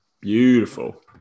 beautiful